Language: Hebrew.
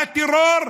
הטרור,